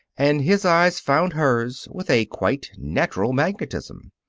and his eyes found hers with a quite natural magnetism.